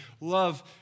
love